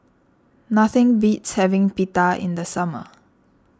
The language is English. nothing beats having Pita in the summer